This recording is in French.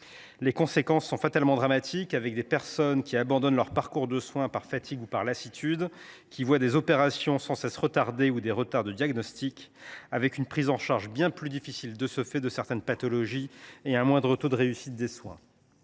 Les conséquences sont fatalement dramatiques, avec des personnes qui abandonnent leur parcours de soins par fatigue ou par lassitude, qui voient des opérations sans cesse retardées, ou qui sont victimes de diagnostics tardifs, ce qui entraîne une prise en charge plus difficile de leur pathologie et un moindre taux de réussite des soins.